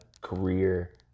career